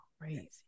crazy